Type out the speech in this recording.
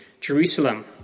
Jerusalem